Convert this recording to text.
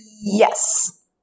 Yes